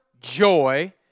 joy